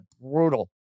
brutal